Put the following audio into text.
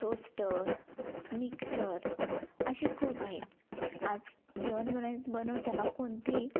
toaster mixer असे खूप आहेत आज जेवण बनवताना कोणतेही